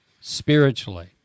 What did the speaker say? spiritually